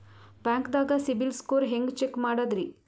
ಬ್ಯಾಂಕ್ದಾಗ ಸಿಬಿಲ್ ಸ್ಕೋರ್ ಹೆಂಗ್ ಚೆಕ್ ಮಾಡದ್ರಿ?